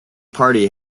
party